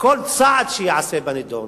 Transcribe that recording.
שכל צעד שייעשה בנדון